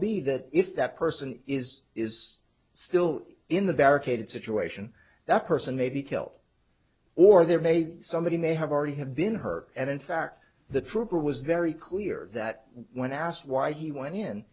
be that if that person is is still in the barricaded situation that person may be killed or there may somebody may have already have been hurt and in fact the trooper was very clear that when asked why he went